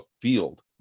field